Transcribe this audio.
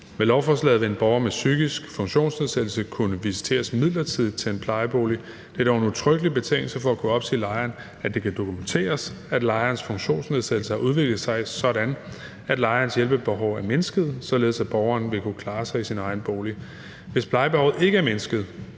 Med lovforslaget vil en borger med psykisk funktionsnedsættelse kunne visiteres midlertidigt til en plejebolig. Det er dog en udtrykkelig betingelse for at kunne opsige lejeren, at det kan dokumenteres, at lejerens funktionsnedsættelse har udviklet sig sådan, at lejerens hjælpebehov er mindsket, således at lejeren vil kunne klare sig i sin egen bolig. Hvis plejebehovet ikke er mindsket,